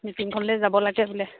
মিটিংখনলৈ যাব লাগে বোলে